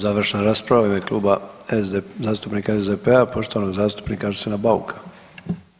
Završna rasprava u ime Kluba zastupnika SDP-a, poštovanog zastupnika Arsena Bauka.